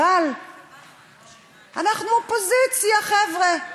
אבל אנחנו אופוזיציה, חבר'ה,